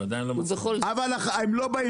אבל הם לא באים.